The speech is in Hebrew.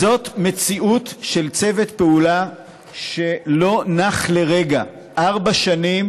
זאת מציאות של צוות פעולה שלא נח לרגע ארבע שנים.